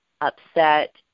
upset